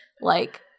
Like-